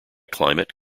climate